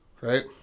right